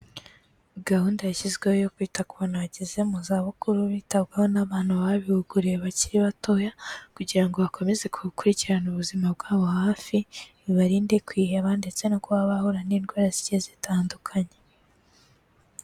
Gahunda yashyizweho yo kwita ku bantu bageze mu zabukuru, bitabwaho n'abantu babihuguriye bakiri batoya, kugira ngo bakomeze gukurikirana ubuzima bwabo hafi, bibarinde kwiheba ndetse no kuba bahura n'indwara zigiye zitandukanye.